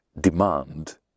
demand